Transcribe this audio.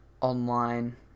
online